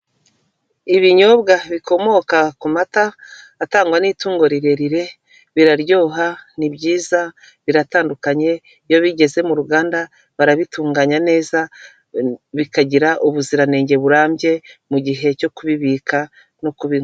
Ibinyobwa bikomoka ku mata atangwa n'itungo rirerire biraryoha nibyiza biratandukanye iyo bigeze mu ruganda barabitunganya neza bikagira ubuziranenge burambye mu gihe cyo kubibika no kubibinka.